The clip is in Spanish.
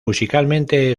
musicalmente